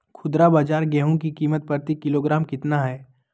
खुदरा बाजार गेंहू की कीमत प्रति किलोग्राम कितना है?